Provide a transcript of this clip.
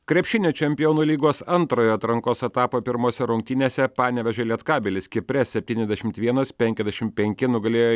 krepšinio čempionų lygos antrojo atrankos etapo pirmose rungtynėse panevėžio lietkabelis kipre septyniasdešimt vienas penkiasdešim penki nugalėjo